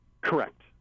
correct